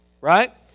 right